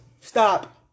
stop